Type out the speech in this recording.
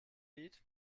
lied